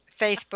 Facebook